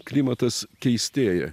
klimatas keistėja